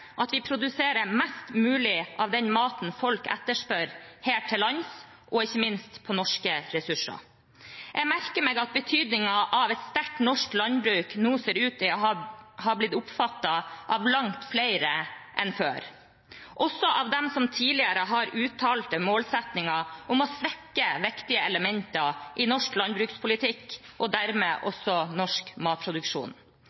at vi produserer mest mulig av den maten folk etterspør, her til lands og ikke minst på norske ressurser. Jeg merker meg at betydningen av et sterkt norsk landbruk nå ser ut til å ha blitt oppfattet av langt flere enn før, også av dem som tidligere har uttalt målsettinger om å svekke viktige elementer i norsk landbrukspolitikk og dermed